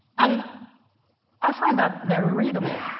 and i find that very readable.